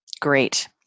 Great